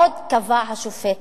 עוד קבע השופט,